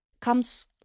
comes